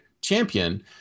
champion